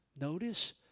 notice